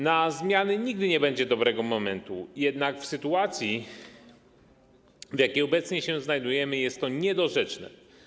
Na zmiany nigdy nie będzie dobrego momentu, jednak w sytuacji, w jakiej obecnie się znajdujemy, jest to niedorzeczne.